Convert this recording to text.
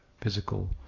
physical